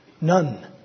none